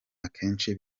akenshi